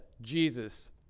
Jesus